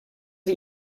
sie